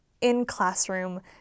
in-classroom